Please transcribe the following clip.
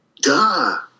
duh